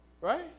Right